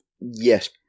Yes